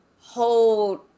hold